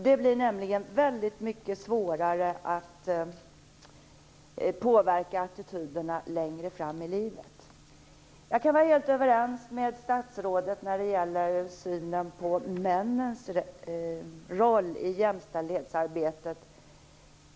Det blir nämligen väldigt mycket svårare att påverka attityderna längre fram i livet. Jag kan vara helt överens med statsrådet vad gäller synen på männens roll i jämställdhetsarbetet.